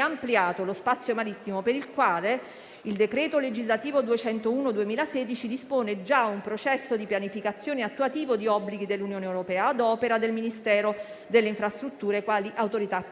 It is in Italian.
ampliato lo spazio marittimo per il quale il decreto legislativo n. 201 del 2016 dispone già un processo di pianificazione attuativo di obblighi dell'Unione europea ad opera del Ministero delle infrastrutture quale autorità competente.